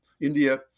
India